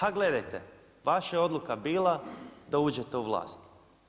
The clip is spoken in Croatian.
A gledajte, vaša je odluka bila da uđete u vlast.